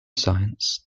science